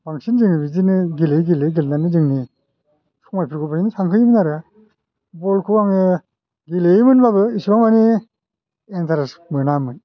बांसिन जोङो बिदिनो गेलेयै गेलेयै गेलेनानै जोंनि समायफोरखौ बेहायनो थांहोयोमोन आरो बलखौ आङो गेलेयोमोन होनबाबो एसेबां मानि एन्थारेस मोनामोन